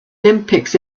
olympics